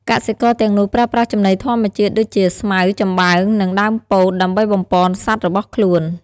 កសិករទាំងនោះប្រើប្រាស់ចំណីធម្មជាតិ ដូចជា ស្មៅ ចំបើង និង ដើមពោត ដើម្បីបំប៉នសត្វរបស់ខ្លួន។